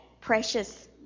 precious